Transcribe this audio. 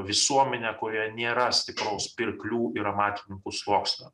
visuomenė kurioje nėra stipraus pirklių ir amatininkų sluoksnio